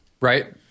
Right